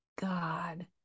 God